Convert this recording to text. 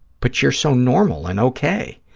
but you're so normal and okay.